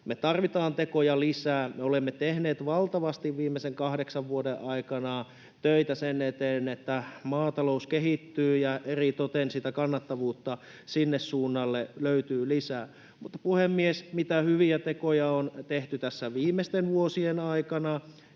Me tarvitsemme tekoja lisää, ja me olemme tehneet valtavasti viimeisten kahdeksan vuoden aikana töitä sen eteen, että maatalous kehittyy ja eritoten sitä kannattavuutta sinne suunnalle löytyy lisää. Puhemies! Mitä hyviä tekoja on tehty tässä viimeisten vuosien aikana